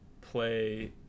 play